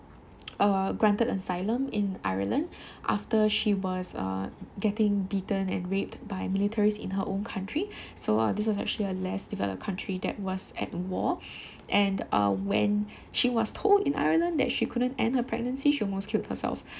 err granted asylum in Ireland after she was uh getting beaten and raped by militaries in her own country so uh this is actually a less developed country that was at war and uh when she was told in Ireland that she couldn't end her pregnancy she almost killed herself